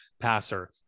passer